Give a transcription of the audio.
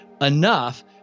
enough